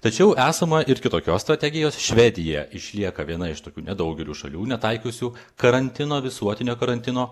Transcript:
tačiau esama ir kitokios strategijos švedija išlieka viena iš tokių nedaugelio šalių netaikiusių karantino visuotinio karantino